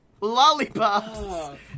lollipops